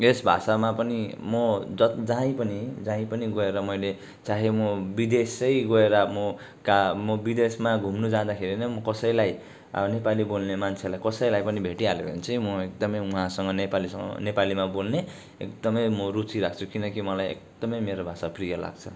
यस भाषामा पनि म जति जाहीँ पनि जाहीँ पनि गएर मैले चाहे म विदेशै गएर म का म विदेशमा घुम्नु जाँदाखेरि नै म कसैलाई अब नेपाली बोल्ने मान्छेलाई कसैलाई पनि भेटिहालेँ भने चाहिँ म एकदमै उहाँसँग नेपालीसँग नेपालीमा बोल्ने एकदमै म रुचि राख्छु किनकि मलाई एकदमै मेरो भाषा प्रिय लाग्छ